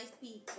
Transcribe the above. people